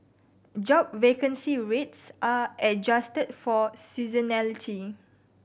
job vacancy rates are adjusted for seasonality